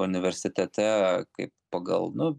universitete kaip pagal nu